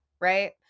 right